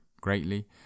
greatly